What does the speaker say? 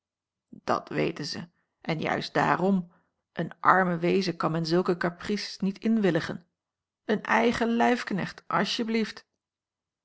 dat weten ze en juist daarom eene arme weeze kan men zulke caprices niet inwilligen een eigen lijfknecht asjeblieft